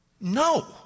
No